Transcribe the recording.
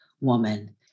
woman